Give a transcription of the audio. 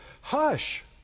Hush